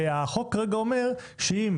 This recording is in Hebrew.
החוק כרגע אומר שאם